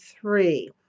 three